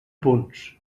punts